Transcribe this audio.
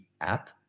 app